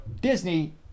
Disney